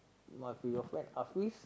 must be your friend Afiz